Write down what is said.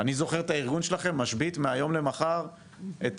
אני זוכר את הארגון שלכם משבית מהיום למחר את